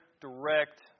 direct